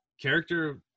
Character